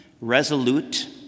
resolute